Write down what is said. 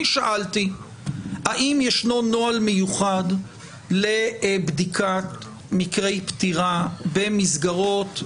אני שאלתי האם ישנו נוהל מיוחד לבדיקת מקרי פטירה במסגרות?